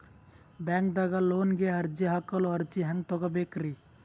ಬ್ಯಾಂಕ್ದಾಗ ಲೋನ್ ಗೆ ಅರ್ಜಿ ಹಾಕಲು ಅರ್ಜಿ ಹೆಂಗ್ ತಗೊಬೇಕ್ರಿ?